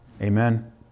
Amen